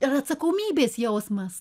ir atsakomybės jausmas